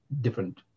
different